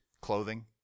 clothing